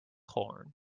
horn